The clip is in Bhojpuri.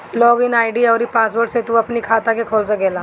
लॉग इन आई.डी अउरी पासवर्ड से तू अपनी खाता के खोल सकेला